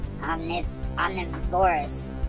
omnivorous